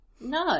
no